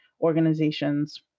organizations